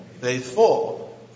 Faithful